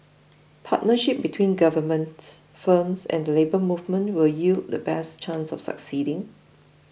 partnership between government firms and the Labour Movement will yield the best chance of succeeding